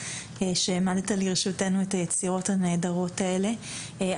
שהעמדת לרשותנו את היצירות הנהדרות האלה.